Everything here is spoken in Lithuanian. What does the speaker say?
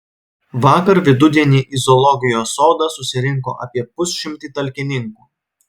vakar vidudienį į zoologijos sodą susirinko apie pusšimtį talkininkų